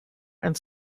and